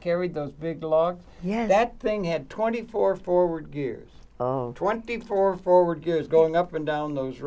carried those big logs yeah that thing had twenty four forward gears twenty four forward gears going up and down those